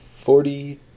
forty